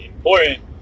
important